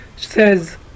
says